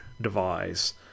device